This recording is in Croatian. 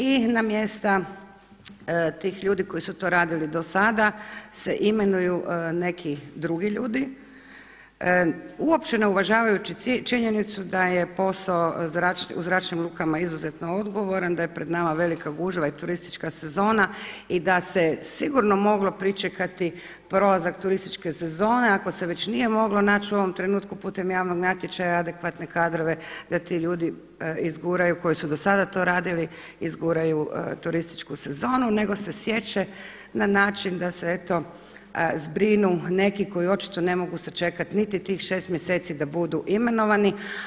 I na mjesta tih ljudi koji su to radili do sada se imenuju neki drugi ljudi uopće ne uvažavajući činjenicu da je posao u zračnim lukama izuzetno odgovoran, da je pred nama velika gužva i turistička sezona i da se sigurno moglo pričekati prolazak turističke sezone ako se već nije moglo naći u ovom trenutku putem javnog natječaja adekvatne kadrove da ti ljudi izguraju koji su do sada to radili izguraju turističku sezonu, nego se sječe na način da se eto zbrinu neki koji očito ne mogu sačekati niti tih 6 mjeseci da budu imenovani.